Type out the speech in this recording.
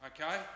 Okay